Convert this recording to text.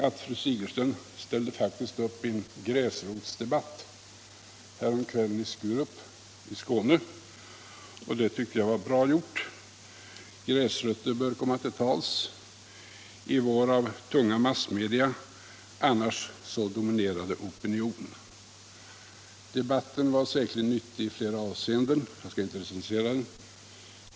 Härom kvällen ställde statsrådet upp i en gräsrotsdebatt i Skurup i Skåne, och det tyckte jag var bra gjort. Gräsrötter bör komma till tals i vår annars av tunga massmedia alltför dominerade opinion. Debatten var säkerligen nyttig i flera avseenden. Jag skall inte recensera den.